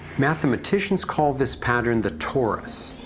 mathematicians call this pattern the torus.